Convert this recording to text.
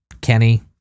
Kenny